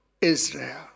Israel